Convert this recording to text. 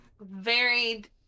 varied